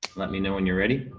let me know when you're ready.